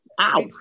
ow